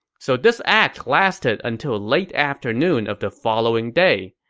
so this act lasted until late afternoon of the following day.